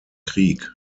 krieg